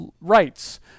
rights